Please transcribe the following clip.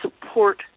support